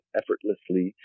effortlessly